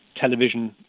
television